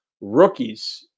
rookies